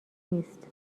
نیست